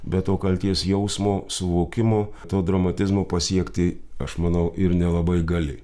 be to kaltės jausmo suvokimo to dramatizmo pasiekti aš manau ir nelabai gali